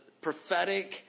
prophetic